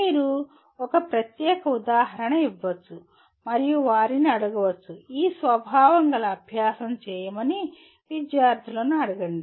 మీరు ఒక ప్రత్యేక ఉదాహరణ ఇవ్వవచ్చు మరియు వారిని అడగవచ్చు ఈ స్వభావం గల అభ్యాసం చేయమని విద్యార్థులను అడగండి